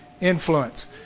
influence